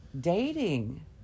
dating